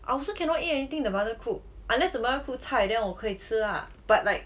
I also cannot eat anything the mother cook unless the mother cook 菜 then 我可以吃 lah but like